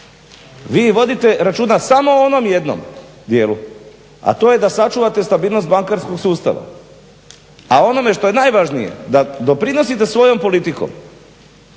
Vi vodite računa samo o onom jednom dijelu, a to je da sačuvate stabilnost bankarskog sustava, a o onome što je najvažnije da doprinosite svojom politikom,